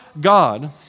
God